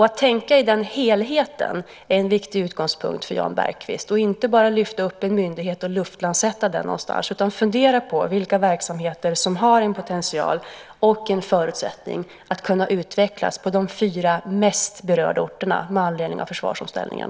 Att tänka i den helheten är en viktig utgångspunkt för Jan Bergqvist - inte bara lyfta upp en myndighet och luftlandsätta den någonstans utan fundera på vilka verksamheter som har en potential och en förutsättning att kunna utvecklas på de fyra orter som berörs mest med anledning av försvarsomställningen.